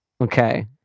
Okay